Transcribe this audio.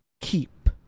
keep